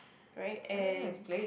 right and